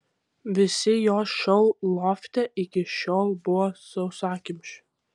visi jo šou lofte iki šiol buvo sausakimši